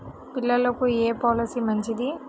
పిల్లలకు ఏ పొలసీ మంచిది?